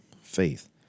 faith